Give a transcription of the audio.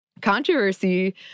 controversy